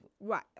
Right